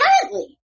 currently